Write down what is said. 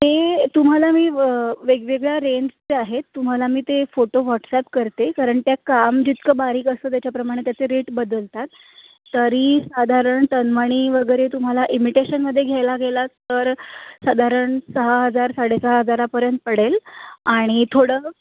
ते तुम्हाला मी वेगवेगळ्या रेंजच्या आहेत तुम्हाला मी ते फोटो व्हॉट्सॲप करते कारण त्या काम जितकं बारीक असतं त्याच्याप्रमाणे त्याचे रेट बदलतात तरी साधारण तनमणी वगैरे तुम्हाला इमिटेशनमध्ये घ्यायला गेला तर साधारण सहा हजार साडेसहा हजारापर्यंत पडेल आणि थोडं